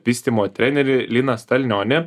vystymo trenerį liną stalnionį